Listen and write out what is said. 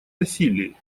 насилии